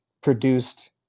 produced